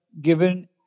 given